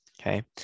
Okay